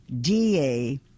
DA